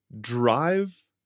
drive